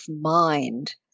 mind